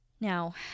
Now